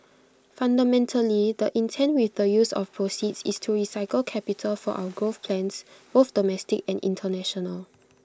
fundamentally the intent with the use of proceeds is to recycle capital for our growth plans both domestic and International